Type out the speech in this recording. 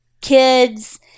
kids